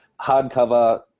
Hardcover